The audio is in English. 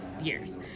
years